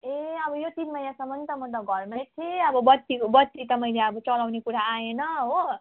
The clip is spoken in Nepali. ए अब यो तिन महिनासम्म त म त घरमै थिएँ अब बत्तीको बत्ती त मैले अब चलाउने कुरा आएन हो